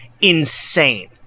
insane